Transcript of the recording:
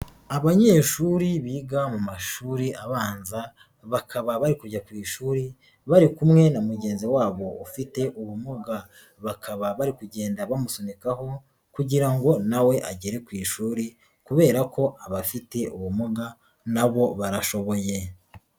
Abanyeshuri biga mu mashuri abanza, bakaba bari kujya ku ishuri bari kumwe na mugenzi wabo ufite ubumuga, bakaba bari kugenda bamusunikaho kugira ngo nawe agere ku ishuri kubera ko abafite ubumuga nabo barashoboye.